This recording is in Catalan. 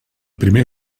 primer